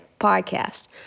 podcast